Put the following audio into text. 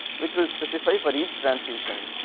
which will specify for each transition,